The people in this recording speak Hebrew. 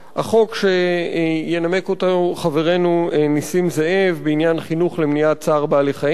החוק שינמק אותו חברנו נסים זאב בעניין חינוך למניעת צער בעלי-חיים,